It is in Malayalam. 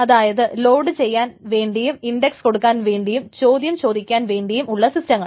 അതായത് ലോഡ് ചെയ്യാൻ വേണ്ടിയും ഇൻഡക്സ് കൊടുക്കാൻ വേണ്ടിയും ചോദ്യം ചോദിക്കാൻ വേണ്ടിയും ഉള്ള സിസ്റ്റങ്ങൾ